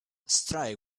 strike